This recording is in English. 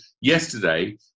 yesterday